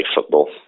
football